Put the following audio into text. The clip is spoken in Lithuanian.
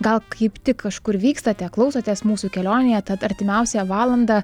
gal kaip tik kažkur vykstate klausotės mūsų kelionėje tad artimiausią valandą